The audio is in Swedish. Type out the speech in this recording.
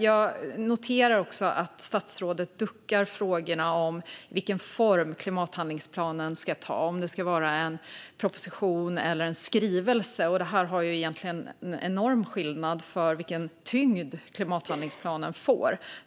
Jag noterar också att statsrådet duckar frågan om vilken form klimathandlingsplanen ska ha, om det ska vara en proposition eller en skrivelse. Det gör stor skillnad för vilken tyngd klimathandlingsplanen får.